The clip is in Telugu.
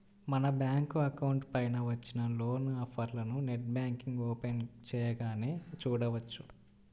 మన బ్యాంకు అకౌంట్ పైన వచ్చిన లోన్ ఆఫర్లను నెట్ బ్యాంకింగ్ ఓపెన్ చేయగానే చూడవచ్చు